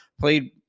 played